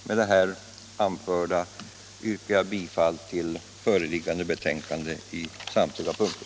Med det här anförda yrkar jag bifall till utskottets hemställan på samtliga punkter.